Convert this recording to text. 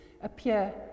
appear